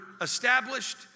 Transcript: established